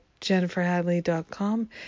jenniferhadley.com